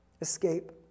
escape